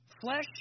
Flesh